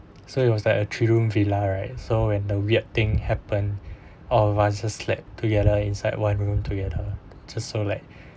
so it was like a three room villa right so when the weird thing happen all of us just slept together inside one room together just so like